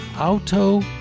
Auto